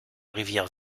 rivière